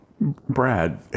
brad